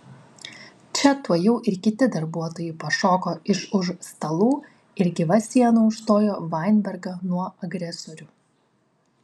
čia tuojau ir kiti darbuotojai pašoko iš už stalų ir gyva siena užstojo vainbergą nuo agresorių